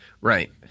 Right